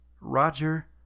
Roger